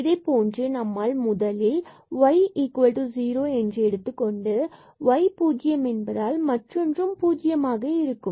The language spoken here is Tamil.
இதை போன்று நம்மால் முதலில் y0 எடுத்துக் கொண்டு பின்பு இது y பூஜ்ஜியம் என்பதால் மற்றொன்றும் பூஜ்ஜியமாக இருக்கும்